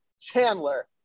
Chandler